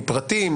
מפרטי,